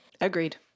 agreed